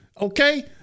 Okay